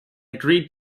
agreed